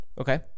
Okay